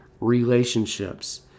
relationships